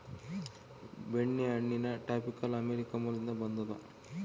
ಬೆಣ್ಣೆಹಣ್ಣಿನ tropical America ಮೂಲದಿಂದ ಬಂದದ